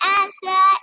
answer